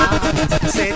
Say